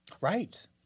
Right